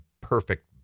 perfect